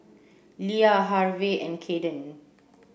Lia Harve and Caden